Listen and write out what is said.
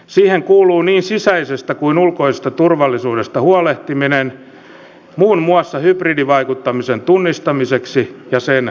siihen kuuluu niin sisäisestä kuin ulkoisesta turvallisuudesta huolehtiminen muun muassa hybridivaikuttamisen tunnistamiseksi ja sen torjumiseksi